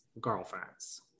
girlfriends